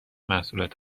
محصولات